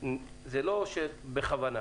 שלא בכוונה,